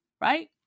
right